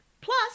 Plus